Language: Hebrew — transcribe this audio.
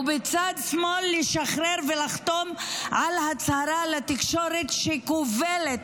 ביד שמאל לשחרר ולחתום על הצהרה לתקשורת שכובלת